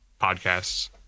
podcasts